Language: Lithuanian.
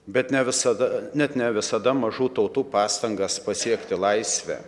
bet ne visada net ne visada mažų tautų pastangas pasiekti laisvę